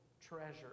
treasure